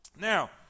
now